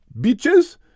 beaches